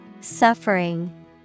Suffering